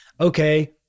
okay